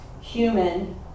human